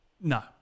no